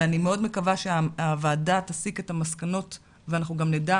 ואני מאוד מקווה שהוועדה תסיק את המסקנות ואנחנו גם נדע